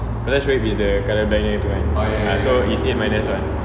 but then shuib is there colourblind gitu kan ah so it's eight minus one